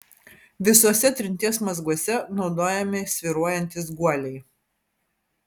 visuose trinties mazguose naudojami svyruojantys guoliai